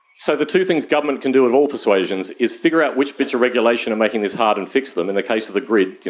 so the two things governments can do of all persuasions is figure out which bits of regulation are making this hard and fix them, in the case of the grid,